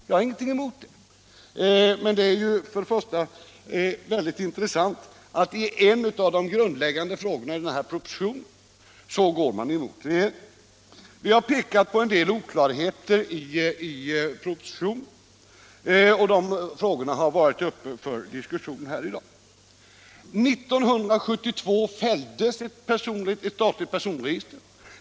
Jag har ingenting emot det. Det är emellertid mycket intressant att utskottet i en av de grundläggande frågorna i denna proposition går emot regeringen. Vi har pekat på en del andra oklarheter i propositionen, och de frågorna har varit uppe till diskussion här i dag. År 1972 fälldes, som jag inledningsvis sade, ett förslag om ett statligt personregister.